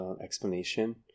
explanation